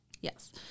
Yes